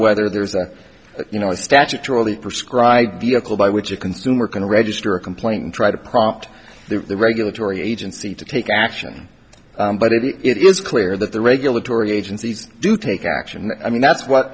whether there's a you know a statutorily perscribe vehicle by which a consumer can register a complaint and try to prompt the regulatory agency to take action but if it is clear that the regulatory agencies do take action i mean that's what